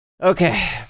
Okay